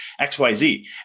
XYZ